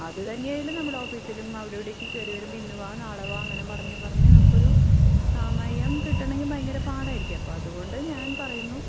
അത് തന്നെ ആയില്ലെ നമ്മുടെ ഓഫീസിലും അവിടെ ഇവിടെയുമൊക്കെ കയറി വരുമ്പോൾ ഇന്ന് വാ നാളെ വാ അങ്ങനെ പറഞ്ഞ് പറഞ്ഞ് നമുക്ക് ഒരു സമയം കിട്ടണമെങ്കിൽ ഭയങ്കര പാടായിരിക്കും അപ്പോൾ അതുകൊണ്ട് ഞാൻ പറയുന്നു